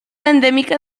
endèmica